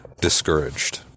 discouraged